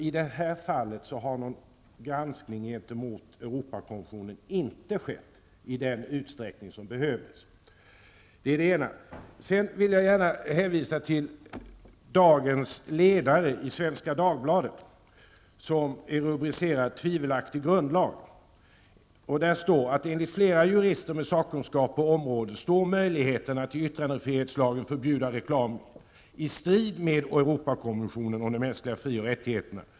I det här fallet har någon granskning gentemot Europakonventionen inte skett i den utsträckning som behövs. Jag vill gärna hänvisa till dagens ledare i Svenska Dagbladet som är rubricerad ''Tvivelaktig grundlag''. I ledaren står att enligt flera jurister med sakkunskap på området står möjligheten i yttrandefrihetsgrundlagen att förbjuda reklam i strid med Europakonventionen om de mänskliga fri och rättigheterna.